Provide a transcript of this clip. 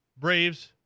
Braves